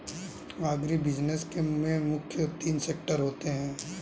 agribusiness में मुख्य तीन सेक्टर होते है